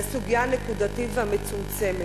לסוגיה הנקודתית והמצומצמת.